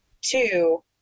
Two